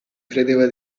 credeva